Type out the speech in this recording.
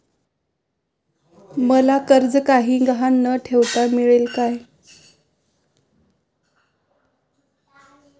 मला कर्ज काही गहाण न ठेवता मिळेल काय?